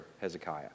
Hezekiah